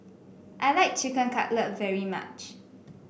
I like Chicken Cutlet very much